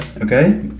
okay